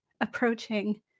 approaching